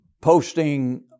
posting